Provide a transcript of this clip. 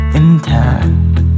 intact